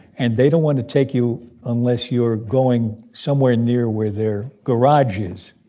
and they don't want to take you unless you're going somewhere near where their garage is.